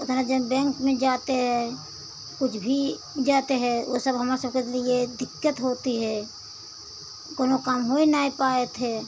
उतना जब बैंक में जाते हैं कुछ भी जाते हैं वहाँ सब हमारे सबके लिए दिक्कत होती है कोई काम हो नहीं पाता है